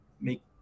make